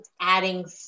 adding